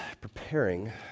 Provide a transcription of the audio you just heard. preparing